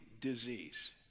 disease